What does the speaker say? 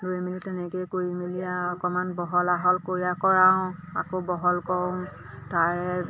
লৈ মেলি তেনেকৈ কৰি মেলি আৰু অকণমান বহল আহল কৰি কৰাওঁ আকৌ বহল কৰোঁ তাৰে